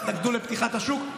התנגדו לפתיחת השוק,